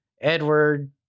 Edward